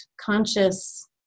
conscious